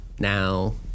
now